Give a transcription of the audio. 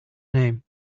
name